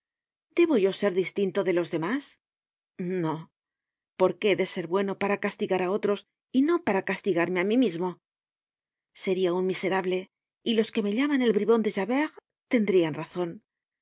debo yo ser distinto de los demás no por qué he de ser bueno para castigar á otros y no para castigarme á mí mismo seria un miserable y los que me llaman el bribon de javert tendrian razon